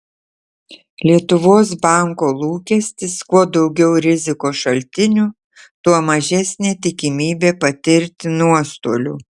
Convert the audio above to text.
lietuvos banko lūkestis kuo daugiau rizikos šaltinių tuo mažesnė tikimybė patirti nuostolių